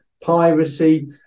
piracy